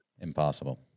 Impossible